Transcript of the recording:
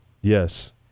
Yes